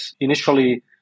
initially